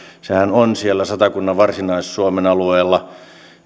sehän on siellä satakunnan varsinais suomen alueella